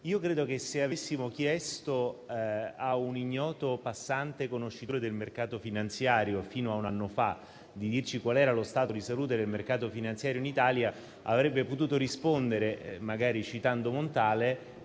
Credo che, se avessimo chiesto a un ignoto passante conoscitore del mercato finanziario fino a un anno fa di dirci qual era lo stato di salute del mercato finanziario in Italia, avrebbe potuto rispondere, magari citando Montale,